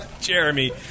Jeremy